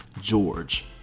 George